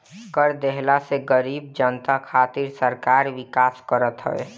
कर देहला से गरीब जनता खातिर सरकार विकास करत हवे